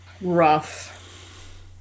Rough